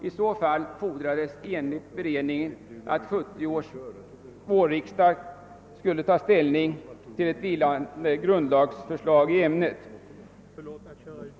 I så fall fordrades enligt beredningen att 1970 års vårriksdag skulle anta ett vilande grundlagsförslag i ämnet.